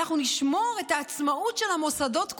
אנחנו נשמור את העצמאות של המוסדות כולם.